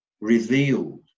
revealed